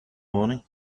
morning